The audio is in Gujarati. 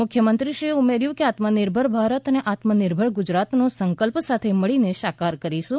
મુખ્યમંત્રીએ ઉમેર્યુ કે આત્મનિર્ભર ભારત આત્મનિર્ભર ગુજરાતનો સંકલ્પ સાથે મળીને સાકાર કરીશું